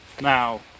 Now